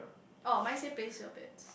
orh my say place your bets